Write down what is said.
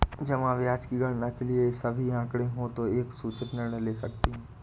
जमा ब्याज की गणना के लिए सभी आंकड़े हों तो एक सूचित निर्णय ले सकते हैं